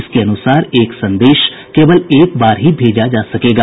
इसके अनुसार एक संदेश केवल एक बार ही भेजा जा सकेगा